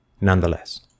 nonetheless